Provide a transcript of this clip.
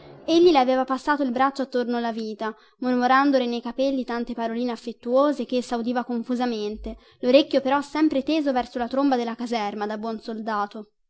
egli le aveva passato il braccio attorno alla vita mormorandole ne capelli tante paroline affettuose che essa udiva confusamente lorecchio però sempre teso verso la tromba della caserma da buon soldato